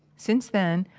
since then,